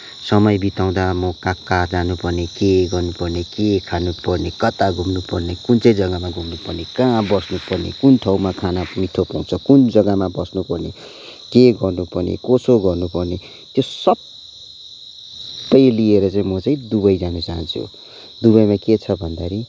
समय बिताउँदा म कहाँ कहाँ जानु पर्ने के गर्नु पर्ने के खानु पर्ने कता घुम्नु पर्ने कुन चाहिँ जग्गामा घुम्नु पर्ने कहाँ बस्नु पर्ने कुन ठाउँमा खाना मिठो पाउँछ कुन जग्गामा बस्नु पर्ने के गर्नु पर्ने कसो गर्नु पर्ने त्यो सबै लिएर चाहिँ म चाहिँ दुबई जान चाहान्छु दुबाईमा के छ भन्दाखेरि